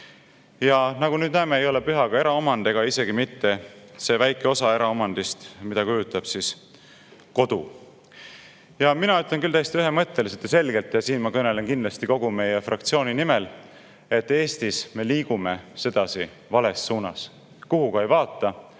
Ja nagu nüüd näeme, ei ole püha ka eraomand ega isegi mitte see väike osa eraomandist, mida kujutab kodu. Mina ütlen küll täiesti ühemõtteliselt ja selgelt – ja siin ma kõnelen kindlasti kogu meie fraktsiooni nimel –, et Eestis me liigume sedasi vales suunas. Kuhu ka ei vaata,